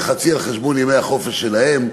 וחצי על חשבון ימי החופש שלהם.